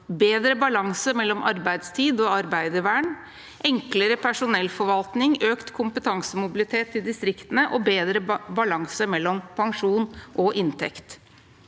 bedre balanse mellom arbeidstid og arbeidervern, enklere personellforvaltning, økt kompetansemobilitet i distriktene og bedre balanse mellom pensjon og inntekt.